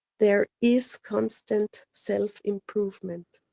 there is constant self improvement.